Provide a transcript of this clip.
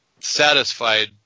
satisfied